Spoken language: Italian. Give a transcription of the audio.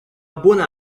buona